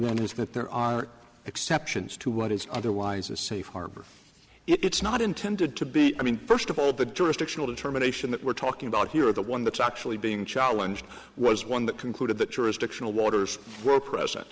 that there are exceptions to what is otherwise a safe harbor it's not intended to be i mean first of all the jurisdictional determination that we're talking about here the one that's actually being challenged was one that concluded that jurisdictional waters were present